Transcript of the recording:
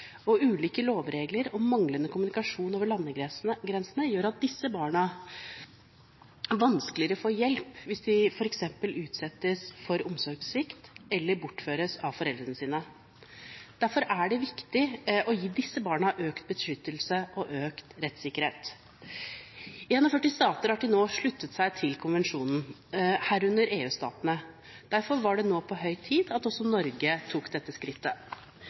og ulike lovregler og manglende kommunikasjon over landegrensene gjør at disse barna vanskeligere får hjelp hvis de f.eks. utsettes for omsorgssvikt eller bortføres av foreldrene sine. Derfor er det viktig å gi disse barna økt beskyttelse og økt rettssikkerhet. 41 stater har til nå sluttet seg til konvensjonen, herunder EU-statene. Derfor var det nå på høy tid at også Norge tok dette skrittet.